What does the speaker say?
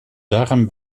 darm